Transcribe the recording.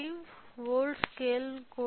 5 వోల్ట్ల స్కేల్ కు కూడా